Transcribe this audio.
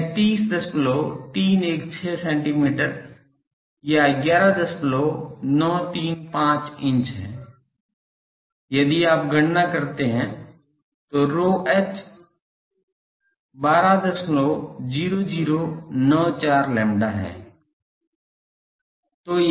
यह 30316 सेंटीमीटर या 11935 इंच है यदि आप गणना करते हैं तो ρh 120094 lambda हैं